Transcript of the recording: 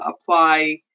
apply